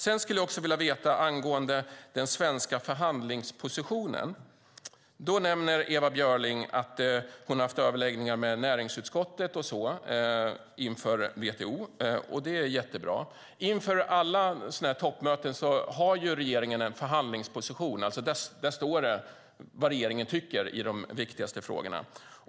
Jag skulle också vilja veta mer angående den svenska förhandlingspositionen. Ewa Björling nämner att hon har haft överläggningar med näringsutskottet inför WTO-mötet, och det är jättebra. Inför alla toppmöten har regeringen en förhandlingsposition. Där står det vad regeringen tycker i de viktigaste frågorna.